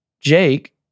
Jake